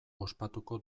ospatuko